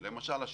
למשל,